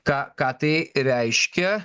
ką ką tai reiškia